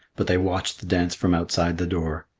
but they watched the dance from outside the door.